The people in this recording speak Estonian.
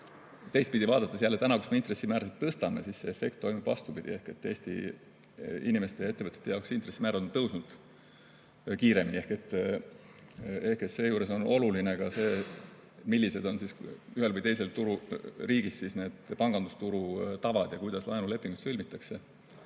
Teistpidi on nii, et täna, kui me intressimäärasid tõstame, see efekt toimub vastupidi ehk Eesti inimeste ja ettevõtete jaoks intressimäärad on tõusnud kiiremini. Ehk on seejuures oluline ka see, millised on ühes või teises riigis pangandusturu tavad ja kuidas laenulepingud sõlmitakse.